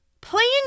playing